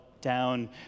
down